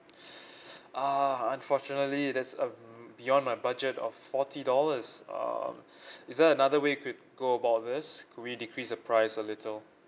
uh unfortunately that's uh beyond my budget of forty dollars uh is there another way you could go about this could we decrease the price a little